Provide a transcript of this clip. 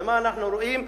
ומה אנחנו רואים?